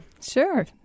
Sure